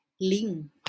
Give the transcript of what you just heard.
Ling